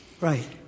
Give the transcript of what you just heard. Right